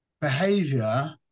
behavior